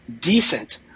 decent